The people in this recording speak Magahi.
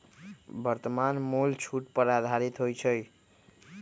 वर्तमान मोल छूट पर आधारित होइ छइ